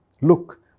Look